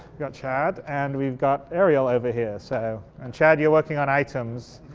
got chad and we've got ariel over here. so, and chad you're working on items,